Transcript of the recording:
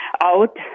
out